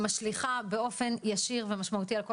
היא משליכה באופן ישיר ומשמעותי על כל